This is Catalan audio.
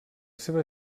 seva